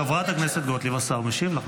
חברת הכנסת גוטליב, השר משיב לך.